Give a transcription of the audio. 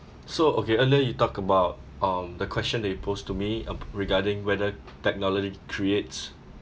so okay earlier you talk about um the question that you posed to me ab~ regarding whether technology creates